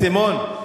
חבר הכנסת בן-סימון,